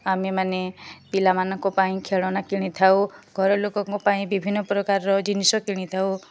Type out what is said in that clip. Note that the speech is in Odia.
ଆମେମାନେ ପିଲାମାନଙ୍କ ପାଇଁ ଖେଳନା କିଣିଥାଉ ଘର ଲୋକଙ୍କ ପାଇଁ ବିଭିନ୍ନ ପ୍ରକାର ଜିନିଷ କିଣିଥାଉ